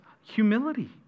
humility